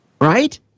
Right